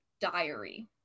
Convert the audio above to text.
diary